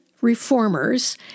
Reformers